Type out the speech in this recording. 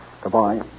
Goodbye